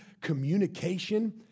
communication